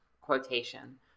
quotation